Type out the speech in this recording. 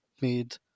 made